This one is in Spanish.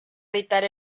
editar